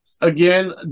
Again